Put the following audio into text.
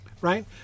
Right